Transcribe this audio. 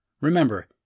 Remember